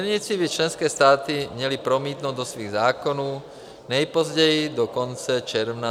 Směrnici by členské státy měly promítnout do svých zákonů nejpozději do konce června 2021.